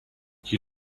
you